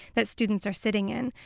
that students are sitting in.